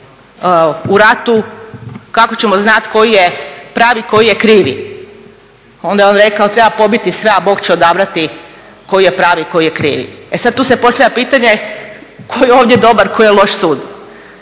u ratu kako ćemo znati koji je pravi koji je krivi? Onda je on rekao treba pobiti sve a Bog će odabrati koji je pravi, a koji je krivi. E sad, tu se postavlja pitanje koji je ovdje dobar a koji loš sud